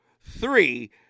three